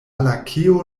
lakeo